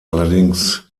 allerdings